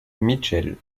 mitchell